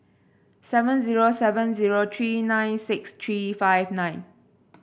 seven zero seven zero three nine six three five nine